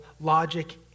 logic